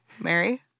Mary